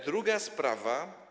Druga sprawa.